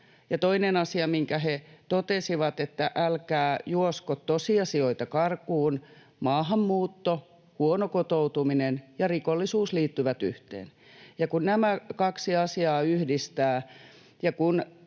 Toinen asia, minkä he totesivat, oli, että älkää juosko tosiasioita karkuun. Maahanmuutto, huono kotoutuminen ja rikollisuus liittyvät yhteen. Ja kun nämä kaksi asiaa yhdistää